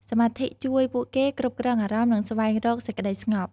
សមាធិជួយពួកគេគ្រប់គ្រងអារម្មណ៍ និងស្វែងរកសេចក្ដីស្ងប់។